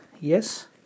yes